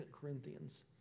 Corinthians